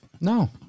No